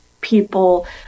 people